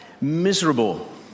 Miserable